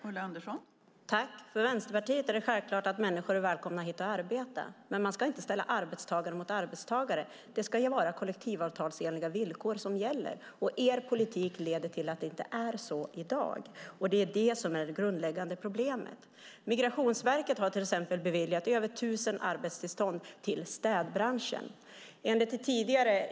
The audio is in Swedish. Fru talman! För Vänsterpartiet är det självklart att människor är välkomna hit för att arbeta. Men man ska inte ställa arbetstagare mot arbetstagare. Det ska vara kollektivavtalsenliga villkor som gäller. Er politik leder till att det inte är så i dag. Det är det som är det grundläggande problemet. Migrationsverket har till exempel beviljat över 1 000 arbetstillstånd till städbranschen.